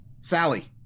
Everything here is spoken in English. Sally